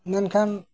ᱢᱮᱱᱠᱷᱟᱱ